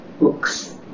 books